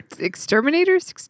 Exterminators